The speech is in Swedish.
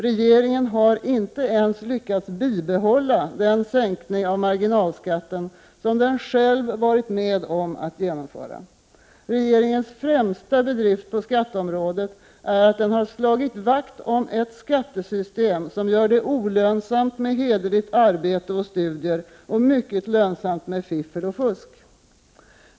Regeringen har inte ens lyckats bibehålla den sänkning av marginalskatten som den själv varit med om att genomföra. Regeringens främsta bedrift på skatteområdet är att den slagit vakt om ett skattesystem som gör det olönsamt med hederligt arbete och studier och mycket lönsamt med fiffel och fusk.